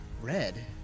Red